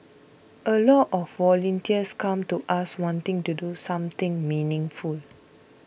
a lot of volunteers come to us wanting to do something meaningful